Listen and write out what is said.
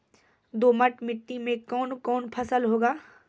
दोमट मिट्टी मे कौन कौन फसल होगा?